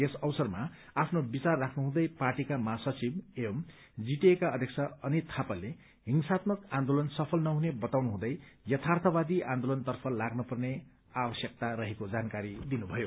यस अवसरमा आफ्नो विचार राख्नुहुँदै पार्टीका महासचिव एवं जीटीएका अध्यक्ष अनित थापाले हिंसात्मक आन्दोलन सफल नहुने बताउनुहँदै यर्थाथवादी आन्दोलन तर्फ लाग्न पर्ने आवश्यकता रहेको जानकारी दिनुभयो